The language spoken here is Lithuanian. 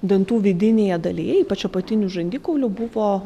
dantų vidinėje dalyje ypač apatinių žandikaulių buvo